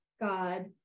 God